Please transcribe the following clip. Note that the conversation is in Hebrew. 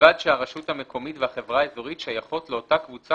"ובלבד שהרשות המקומית והחברה האזורית שייכות לאותה קבוצה